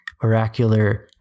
oracular